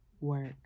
work